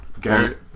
Garrett